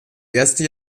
erste